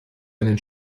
einen